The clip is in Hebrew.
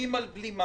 שתלויים על בלימה.